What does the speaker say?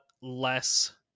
less